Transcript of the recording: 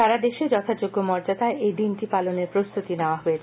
সারাদেশে যথাযোগ্য মর্যাদায় এই দিনটি পালনের প্রস্তুতি নেয়া হয়েছে